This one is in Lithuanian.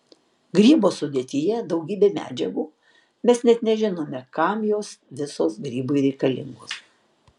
grybo sudėtyje daugybė medžiagų mes net nežinome kam jos visos grybui reikalingos